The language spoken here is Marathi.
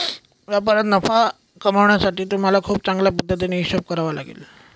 व्यापारात नफा कमावण्यासाठी तुम्हाला खूप चांगल्या पद्धतीने हिशोब करावा लागेल